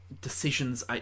decisions